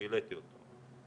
העליתי אותו,